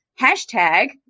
hashtag